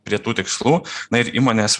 prie tų tikslų na ir įmonės